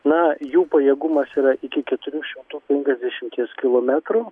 na jų pajėgumas yra iki keturių šimtų penkiasdešimties kilometrų